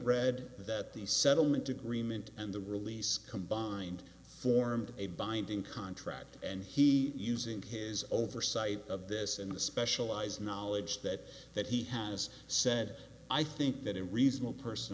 read that the settlement agreement and the release combined formed a binding contract and he using his oversight of this and the specialized knowledge that that he has said i think that a reasonable person